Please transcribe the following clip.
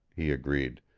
he agreed.